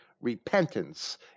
repentance